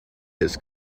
his